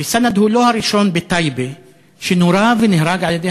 וסנד הוא לא הראשון בטייבה שנורה ונהרג על-ידי